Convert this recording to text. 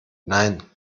nein